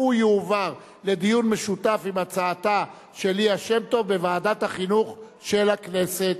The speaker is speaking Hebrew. לדיון מוקדם בוועדת החינוך,